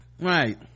Right